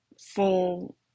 full